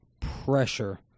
pressure